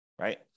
right